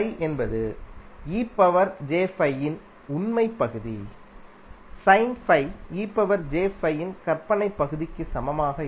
என்பது இன் உண்மை பகுதி இன் கற்பனை பகுதிக்குச் சமமாக இருக்கும்